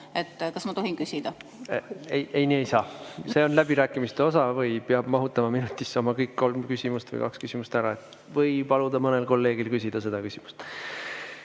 Kas ma tohin küsida? Ei, nii ei saa. See on läbirääkimiste osa või siis peab mahutama minutisse kõik oma kolm või kaks küsimust ära. Võib ka paluda mõnel kolleegil küsida see küsimus.